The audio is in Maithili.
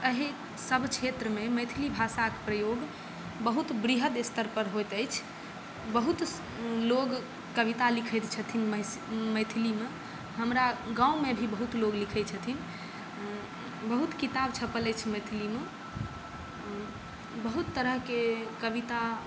एहि सब क्षेत्रमे मैथिली भाषाके प्रयोग बहुत वृहद स्तरपर होइत अछि बहुत लोक कविता लिखैत छथिन महिसी मैथिलीमे हमरा गाँवमे भी बहुत लोक लिखै छथिन बहुत किताब छपल अछि मैथिलीमे बहुत तरहके कविता